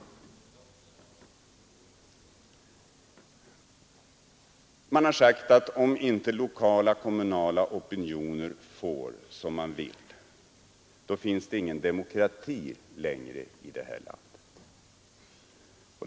Det har sagts att om inte lokala kommunala opinioner får som de vill, finns det inte längre någon demokrati i det här landet.